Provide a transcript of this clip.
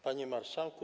Panie Marszałku!